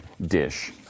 dish